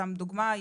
סתם לדוגמה,